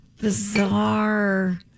bizarre